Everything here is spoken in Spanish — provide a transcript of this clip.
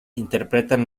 interpretan